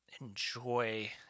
Enjoy